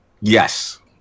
Yes